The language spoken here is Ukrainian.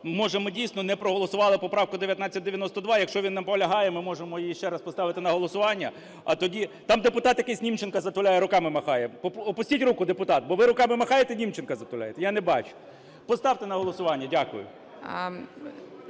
ми дійсно не проголосували поправку 1992. Якщо він наполягає, ми можемо її ще раз поставити на голосування, а тоді... Там депутат якийсь Німченка затуляє, руками махає. Опустіть руку, депутат. Бо ви руками махаєте, Німченка затуляєте, я не бачу. Поставте на голосування. Дякую.